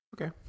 Okay